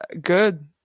good